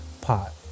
pot